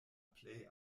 plej